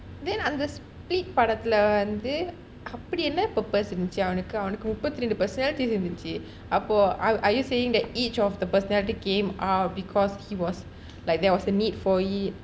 then அந்த:antha split படத்துல வந்து அப்படி என்ன:padathula cantu appal enna purpose இருந்துச்சு அவனுக்கு அவனுக்கு முப்பத்தி இரண்டு:iruntuccu avanukku avanukku muppatti irantu personality இருந்துச்சு அப்போ:irunthuchu appo are you saying that each of the personality came up because there was a need for it